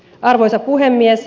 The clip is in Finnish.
arvoisa puhemies